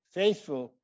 faithful